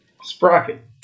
Sprocket